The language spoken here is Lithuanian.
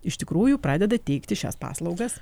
iš tikrųjų pradeda teikti šias paslaugas